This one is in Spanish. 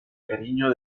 cariño